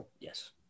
yes